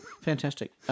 Fantastic